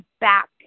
back